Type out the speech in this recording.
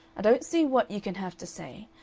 i don't see what you can have to say.